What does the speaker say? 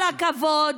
כל הכבוד.